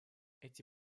эти